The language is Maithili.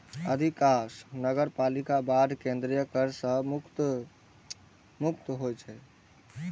अधिकांश नगरपालिका बांड केंद्रीय कर सं मुक्त होइ छै